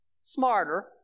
smarter